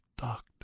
doctor